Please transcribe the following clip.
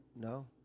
No